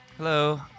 Hello